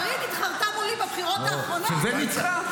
קארין התחרתה מולי בבחירות האחרונות -- וניצחה.